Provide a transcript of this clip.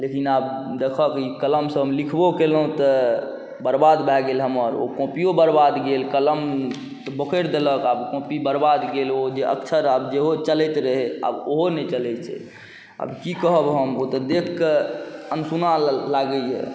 लेकिन आब देखहक ई कलमसँ हम लिखबौ केलहुँ तऽ बर्बाद भऽ गेल हमर ओ कॉपिओ बरबाद गेल कलम बोकरि देलक हमर कॉपिओ बरबाद गेल ओ अक्षर जेहो चलैत रहै आब ओहो नहि चलै छै आब कि कहब हम ओ तऽ देखिकऽ अनसुना लागैए